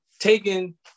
taken